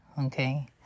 okay